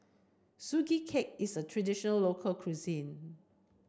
Sugee Cake is a traditional local cuisine